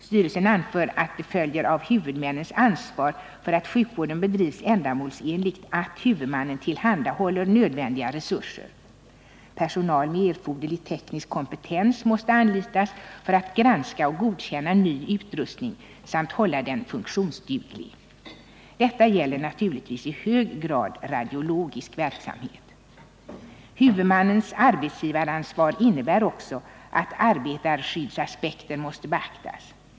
Styrelsen anför att det följer av huvudmännens ansvar för att sjukvården bedrivs ändamålsenligt att huvudmannen tillhandahåller nödvändiga resurser. Personal med erforderlig teknisk kompetens måste anlitas för att granska och godkänna ny utrustning samt hålla den funktionsduglig. Detta gäller naturligtvis i hög grad radiologisk verksamhet. Huvudmannens arbetsgivaransvar innebär också att arbetsskyddsaspekter måste beaktas.